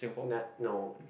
nah no